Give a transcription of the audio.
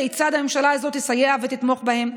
כיצד הממשלה הזאת תסייע ותתמוך בהם,